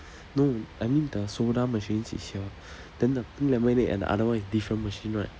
no I mean the soda machines is here then the pink lemonade and the other one is different machine right